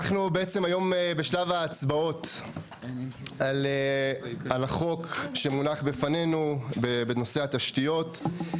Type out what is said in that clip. אנחנו בעצם היום בשלב ההצבעות על החוק שמונח בפנינו בנושא התשתיות.